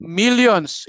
millions